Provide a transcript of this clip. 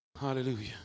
Hallelujah